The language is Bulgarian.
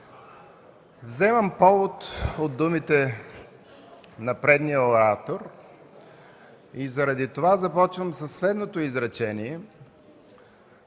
Вземам повод от думите на предния оратор и заради това започвам със следното изречение: